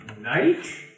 night